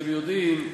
אתם יודעים,